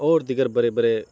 اور دیگر بڑے بڑے